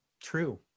True